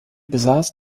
besaß